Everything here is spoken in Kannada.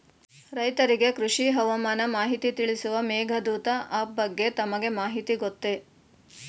ರೈತರಿಗೆ ಕೃಷಿ ಹವಾಮಾನ ಮಾಹಿತಿ ತಿಳಿಸುವ ಮೇಘದೂತ ಆಪ್ ಬಗ್ಗೆ ತಮಗೆ ಮಾಹಿತಿ ಗೊತ್ತೇ?